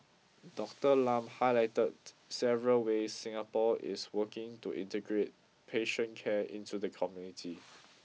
Doctor Lam highlighted several ways Singapore is working to integrate patient care into the community